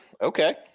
Okay